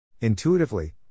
Intuitively